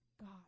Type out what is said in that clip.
God